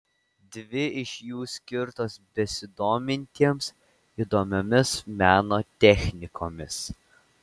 dvi iš jų skirtos besidomintiems įdomiomis meno technikomis